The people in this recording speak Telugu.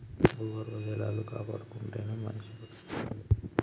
భూగర్భ జలాలు కాపాడుకుంటేనే మనిషి బతకగలడు